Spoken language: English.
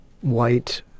white